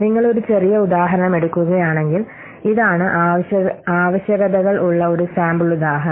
നിങ്ങൾ ഒരു ചെറിയ ഉദാഹരണം എടുക്കുകയാണെങ്കിൽ ഇതാണ് ആവശ്യകതകൾ ഉള്ള ഒരു സാമ്പിൾ ഉദാഹരണം